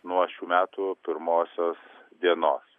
nuo šių metų pirmosios dienos